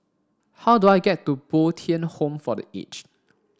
how do I get to Bo Tien Home for the Aged